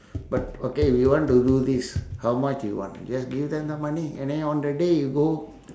but okay we want to do this how much you want just give them the money and then on that day you go